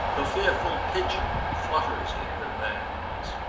the fearful pigeon flutters in her bands,